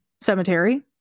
cemetery